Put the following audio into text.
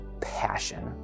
passion